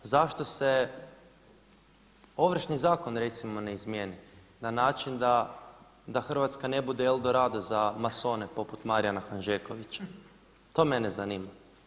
Zašto se Ovršni zakon recimo ne izmijeni na način da Hrvatska ne bude El Dorado za Masone poput Marijana Hanžekovića, to mene zanima.